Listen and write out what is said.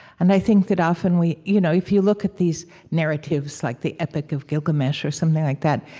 and i think that often we, you know, if you look at these narratives like the epic of gilgamesh or something like that,